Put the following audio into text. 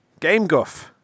GameGuff